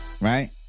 right